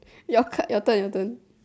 your cut your turn your turn